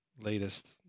latest